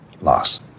loss